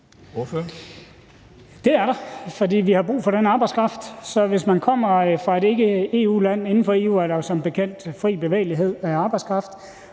Det er der, for vi har brug for den arbejdskraft. Så hvis man kommer fra et ikke-EU-land – inden for EU er der jo som bekendt fri bevægelighed for arbejdskraft